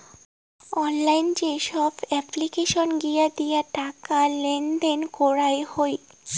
online যেসব application গিলা দিয়ে টাকা লেনদেন করাঙ হউ